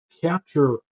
capture